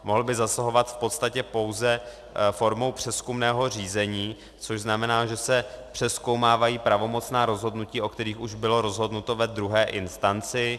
Mohl by zasahovat v podstatě pouze formou přezkumného řízení, což znamená, že se přezkoumávají pravomocná rozhodnutí, o kterých už bylo rozhodnuto ve druhé instanci.